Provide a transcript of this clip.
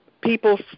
people